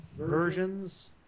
versions